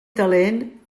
talent